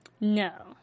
No